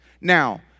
now